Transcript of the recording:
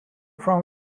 from